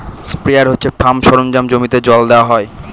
sprayer হচ্ছে farm সরঞ্জাম জমিতে জল দেওয়া হয়